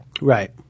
Right